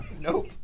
Nope